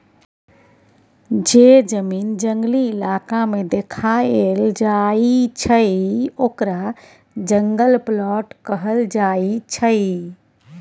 जे जमीन जंगली इलाका में देखाएल जाइ छइ ओकरा जंगल प्लॉट कहल जाइ छइ